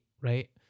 right